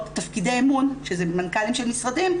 תפקידי אמון שזה מנכ"לים של משרדים,